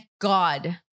God